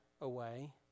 away